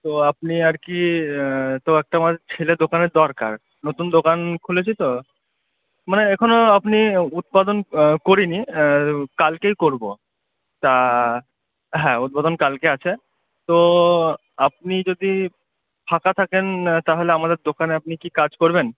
তো আপনি আর কি তো একটা আমার ছেলে দোকানে দরকার নতুন দোকান খুলেছি তো মানে এখনও আপনি উৎপাদন করিনি কালকেই করব তা হ্যাঁ উদ্বোধন কালকে আছে তো আপনি যদি ফাঁকা থাকেন তাহলে আমাদের দোকানে আপনি কি কাজ করবেন